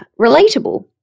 relatable